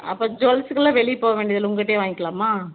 அப்போ ஜ்வெல்ஸ்க்கெல்லாம் வெளியே போக வேண்டியதில்லை உங்கள் கிட்டேயே வாங்கிக்கலாமா